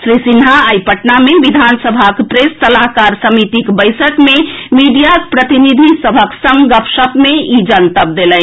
श्री सिन्हा आई पटना मे विधानसभाक प्रेस सलाहकार समितिक बैसक मे मीडियाक प्रतिनिधि सभक संग गपशप मे ई जनतब देलनि